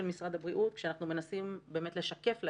משרד הבריאות כשאנחנו מנסים באמת לשקף להם,